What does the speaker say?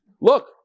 Look